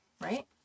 right